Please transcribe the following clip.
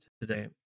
today